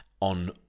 on